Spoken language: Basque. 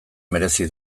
merezi